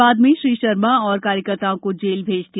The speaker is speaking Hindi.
बाद में श्री शर्मा और कार्यकर्ताओं को जेल भेज दिया